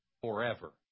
forever